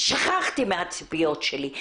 שכחתי מהציפיות שלי.